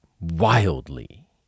wildly